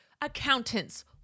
accountants